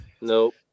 Nope